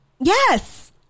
Yes